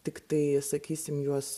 tiktai sakysim juos